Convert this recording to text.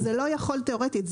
זה לא יכול תיאורטית,